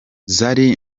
zari